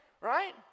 right